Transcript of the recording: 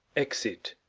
exit